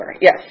Yes